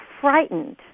frightened